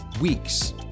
weeks